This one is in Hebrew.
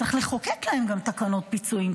צריך לחוקק להם גם תקנות פיצויים,